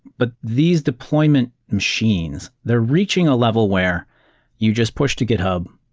but these deployment machines, they're reaching a level where you just push to github.